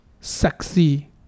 sexy